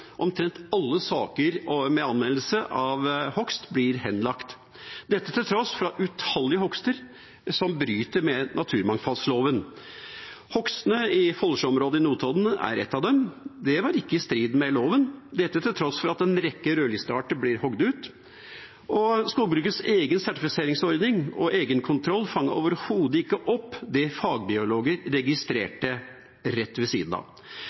Omtrent alle saker med anmeldelse av hogst blir henlagt, dette til tross for at utallige hogster bryter med naturmangfoldloven. Hogstene i Follsjå-området i Notodden er en av dem. Det var ikke i strid med loven, til tross for at en rekke rødlistearter blir hogd ut. Skogbrukets egen sertifiseringsordning og egenkontroll fanget overhodet ikke opp det fagbiologer registrerte rett ved siden av.